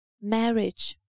marriage